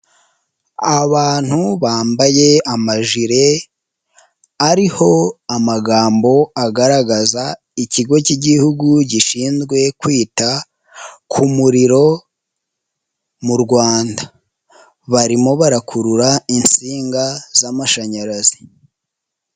Abantu bambaye amajire ariho amagambo agaragaza ikigo cy'Igihugu gishinzwe kwita ku muriro mu Rwanda, barimo barakurura insinga z'amashanyarazi.